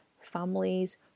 families